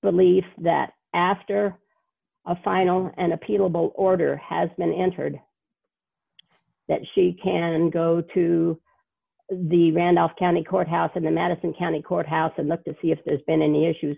belief that after a final an appealable order has been entered that she can go to the randolph county courthouse in the madison county courthouse and look to see if there's been any issue